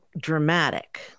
dramatic